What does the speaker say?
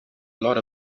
lot